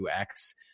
UX